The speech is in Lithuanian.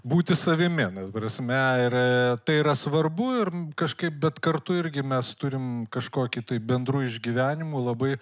būti savimi prasme ir tai yra svarbu ir kažkaip bet kartu irgi mes turim kažkokį tai bendrų išgyvenimų labai